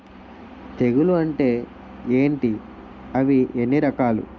తెగులు అంటే ఏంటి అవి ఎన్ని రకాలు?